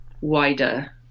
wider